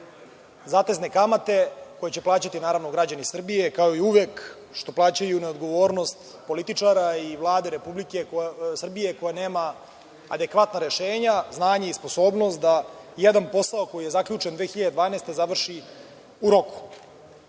zatezne kamate koje će plaćati, naravno, građani Srbije, kao i uvek što plaćaju neodgovornost političara i Vlade Republike Srbije koja nema adekvatna rešenja, znanje i sposobnost da jedan posao koji je zaključen 2012. godine završi u roku. Vi